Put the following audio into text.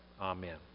Amen